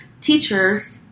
teachers